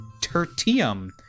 Tertium